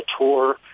tour